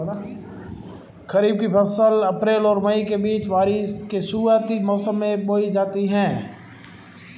खरीफ़ की फ़सल अप्रैल और मई के बीच, बारिश के शुरुआती मौसम में बोई जाती हैं